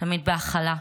תמיד בהכלה.